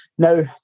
Now